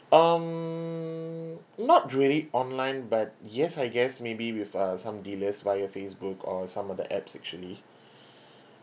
um not really online but yes I guess maybe with uh some dealers via facebook or some of the apps actually